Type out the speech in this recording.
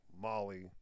Molly